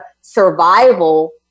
survival